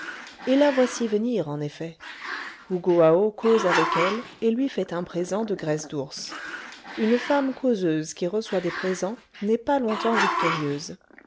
et la voici venir en effet hougoaho cause avec elle et lui fait un présent de graisse d'ours une femme causeuse qui reçoit des présents n'est pas longtemps victorieuse